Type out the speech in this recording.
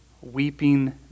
weeping